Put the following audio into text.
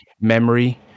memory